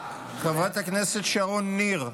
חברת הכנסת שרון ניר,